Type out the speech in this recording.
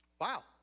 Wow